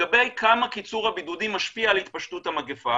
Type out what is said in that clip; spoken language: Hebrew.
לגבי כמה קיצור הבידודים משפיע על התפשטות המגפה